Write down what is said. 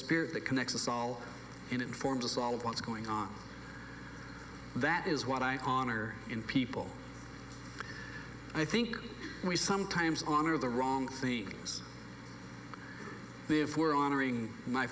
spirit that connects us all informs us all what's going on that is what i honor in people i think we sometimes honor the wrong thing is if we're honoring my